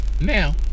Now